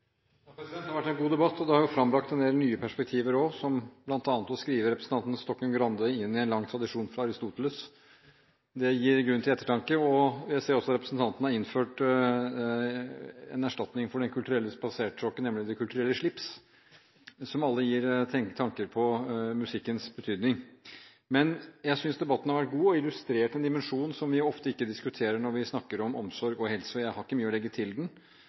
lang tradisjon fra Aristoteles! Det gir grunn til ettertanke, og jeg ser også at representanten har innført en erstatning for Den kulturelle spaserstokken, nemlig «det kulturelle slips», som gir tanker om musikkens betydning. Jeg synes debatten har vært god, og at den har illustrert en dimensjon som vi ofte ikke diskuterer når vi snakker om omsorg og helse, og jeg har ikke mye å legge til